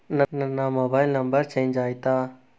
ನನ್ನ mobile number change ಆಯ್ತಾ?